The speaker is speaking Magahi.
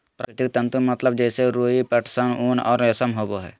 प्राकृतिक तंतु मतलब जैसे रुई, पटसन, ऊन और रेशम होबो हइ